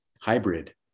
hybrid